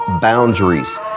boundaries